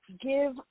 give